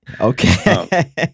Okay